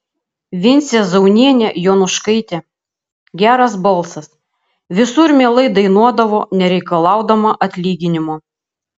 vincė zaunienė jonuškaitė geras balsas visur mielai dainuodavo nereikalaudama atlyginimo